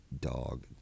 dog